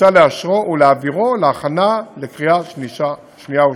ומוצע לאשרו ולהעבירו להכנה לקריאה שנייה ושלישית.